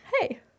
hey